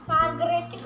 Margaret